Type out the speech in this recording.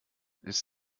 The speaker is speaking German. ist